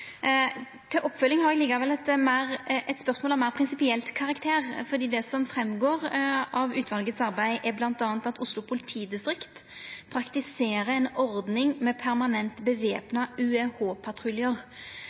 Til oppfølging har eg eit spørsmål av meir prinsipiell karakter. Det som går fram av arbeidet til utvalet, er bl.a. at Oslo politidistrikt praktiserer ei ordning med permanent